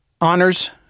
Honors